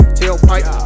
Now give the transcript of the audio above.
tailpipe